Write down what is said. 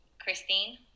christine